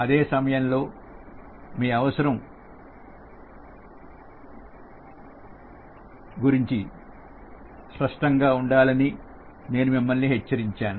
అదే సమయంలో మీ అవసరం రుద్రాక్ష గురించి స్పష్టంగా ఉండాలని నేను మిమ్మల్ని హెచ్చరించాను